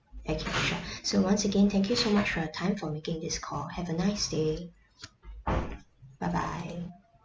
okay sure so once again thank you so much for your time for making this call have a nice day bye bye